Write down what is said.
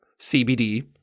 CBD